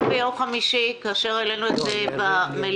גם ביום חמישי כאשר העלינו את זה במליאה,